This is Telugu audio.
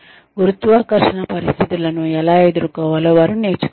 గురుత్వాకర్షణ పరిస్థితులను ఎలా ఎదుర్కోవాలో వారు నేర్చుకోవాలి